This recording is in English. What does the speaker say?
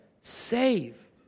save